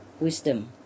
wisdom